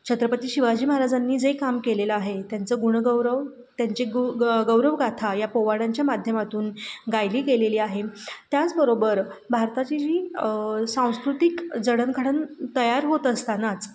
छत्रपती शिवाजी महाराजांनी जे काम केलेलं आहे त्यांचं गुणगौरव त्यांची गु ग गौरवगाथा या पोवाड्यांच्या माध्यमातून गायली गेलेली आहे त्याचबरोबर भारताची जी सांस्कृतिक जडणघडण तयार होत असतानाच